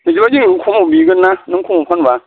इसोर जोंनावबो खमाव बिगोन ना नों खमाव फानबा